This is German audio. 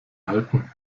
halten